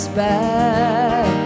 back